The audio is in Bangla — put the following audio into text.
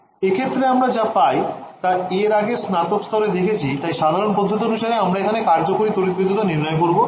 এক্ষেত্রে আমরা যা পাই তা এর আগে স্নাতক স্তরে দেখেছি তাই সাধারণ পদ্ধতি অনুসারে আমরা এখানে কার্যকরী তড়িৎ ভেদ্যতা নির্ণয় করবো